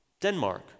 Denmark